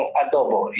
adobo